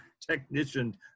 technician